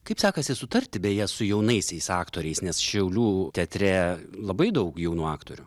kaip sekasi sutarti beje su jaunaisiais aktoriais nes šiaulių teatre labai daug jaunų aktorių